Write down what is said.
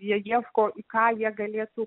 jie ieško į ką jie galėtų